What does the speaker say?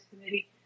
committee